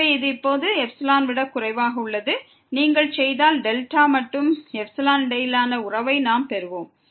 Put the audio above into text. எனவே இது இப்போது ε விட குறைவாக உள்ளது நீங்கள் செய்தால் δ மற்றும் ε இடையிலான உறவை நாம் பெறுவோம்